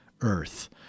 earth